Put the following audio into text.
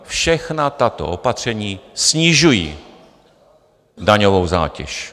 Všechna tato opatření snižují daňovou zátěž.